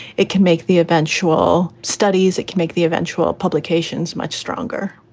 it can make the eventual studies that can make the eventual publications much stronger